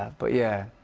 but yeah.